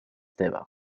teva